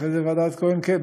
ואחרי זה ועדת כהן-קדמי.